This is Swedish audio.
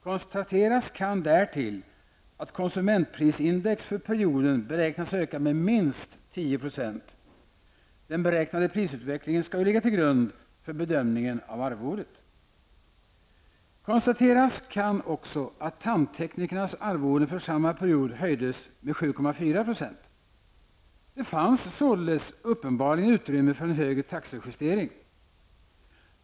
Konstateras kan därtill att konsumentprisindex för perioden beräknas öka med minst 10 %-- den beräknade prisutvecklingen skall ju ligga till grund för bedömningen av arvodet. Konstateras kan också att tandteknikernas arvoden för samma period höjdes med 7,4 %. Det fanns således uppenbarligen utrymme för en högre taxejustering.